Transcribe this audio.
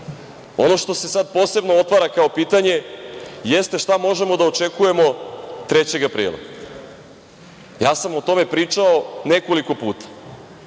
što se sad posebno otvara kao pitanje jeste šta možemo da očekujemo 3. aprila? Ja sam o tome pričao nekoliko puta.